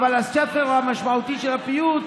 אבל הספר המשמעותי של הפיוט,